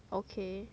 okay